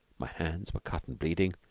my hands were cut and bleeding,